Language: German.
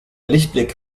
lichtblick